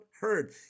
heard